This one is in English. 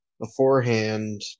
beforehand